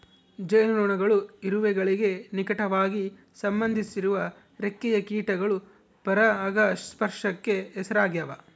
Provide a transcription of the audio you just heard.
ಜೇನುನೊಣಗಳು ಇರುವೆಗಳಿಗೆ ನಿಕಟವಾಗಿ ಸಂಬಂಧಿಸಿರುವ ರೆಕ್ಕೆಯ ಕೀಟಗಳು ಪರಾಗಸ್ಪರ್ಶಕ್ಕೆ ಹೆಸರಾಗ್ಯಾವ